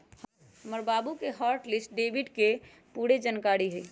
हमर बाबु के हॉट लिस्ट डेबिट के पूरे जनकारी हइ